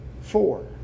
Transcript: Four